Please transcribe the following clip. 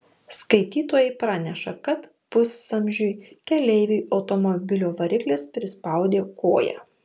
skaitytojai praneša kad pusamžiui keleiviui automobilio variklis prispaudė koją